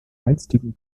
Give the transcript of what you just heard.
einstigen